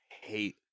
hate